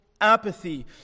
apathy